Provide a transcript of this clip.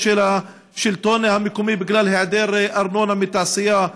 של השלטון המקומי בגלל היעדר ארנונה מתעשייה.